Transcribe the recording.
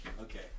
Okay